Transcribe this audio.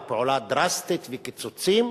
ופעולה דרסטית וקיצוצים,